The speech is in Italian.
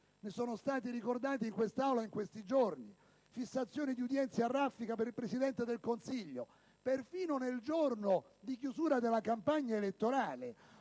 che sono stati ricordati in Aula in questi giorni: fissazioni di udienze a raffica per il Presidente del Consiglio, persino nel giorno di chiusura della campagna elettorale,